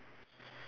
how are you